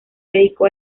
dedicó